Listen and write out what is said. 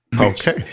Okay